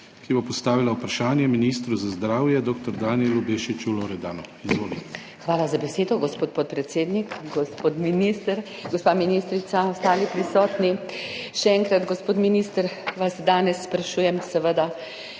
ki bo postavila vprašanje ministru za zdravje dr. Danijelu Bešiču Loredanu. Izvoli. **DR. VIDA ČADONIČ ŠPELIČ (PS NSi):** Hvala za besedo, gospod podpredsednik. Gospod minister, gospa ministrica, ostali prisotni! Še enkrat, gospod minister, vas danes sprašujem seveda